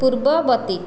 ପୂର୍ବବର୍ତ୍ତୀ